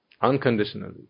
Unconditionally